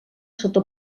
sota